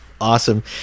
awesome